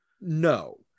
No